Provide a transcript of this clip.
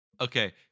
Okay